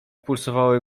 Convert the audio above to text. pulsowały